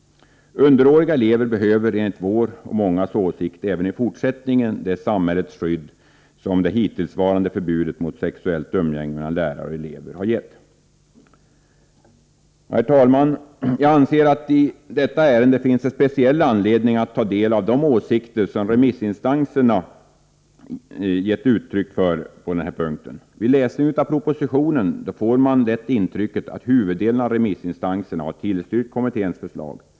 Underåriga elever behöver enligt vår och många andras åsikt även i fortsättningen det samhällets skydd som det hittillsvarande förbudet mot sexuellt umgänge mellan lärare och elever har gett. Herr talman! Jag anser att det i detta ärende finns speciell anledning att ta del av de åsikter som remissinstanserna har gett uttryck för på denna punkt. Vid läsning av propositionen får man lätt intrycket att huvuddelen av remissinstanserna har tillstyrkt kommitténs förslag.